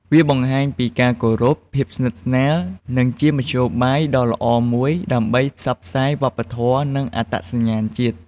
វាបង្ហាញពី ការគោរព ភាពស្និទ្ធស្នាល និងជាមធ្យោបាយដ៏ល្អមួយដើម្បីផ្សព្វផ្សាយ វប្បធម៌ និងអត្តសញ្ញាណជាតិ។